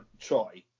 try